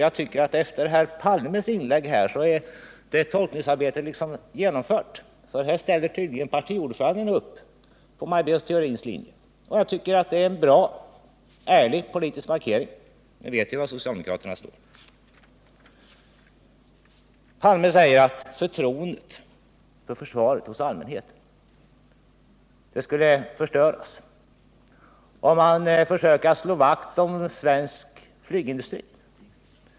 Jag tycker att efter herr Palmes inlägg är det tolkningsarbetet genomfört, för här ställer tydligen partiordföranden upp på Maj Britt Theorins linje. Det är en bra och ärlig politisk markering. Nu vet vi var Herr Palme säger att förtroendet för försvaret hos allmänheten skulle Nr 46 förstöras, om man försökte slå vakt om svensk flygindustri.